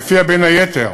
ולפיה, בין היתר,